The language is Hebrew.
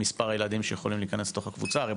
במספר הילדים שיכולים להיכנס לתוך הקבוצה?